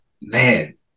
Man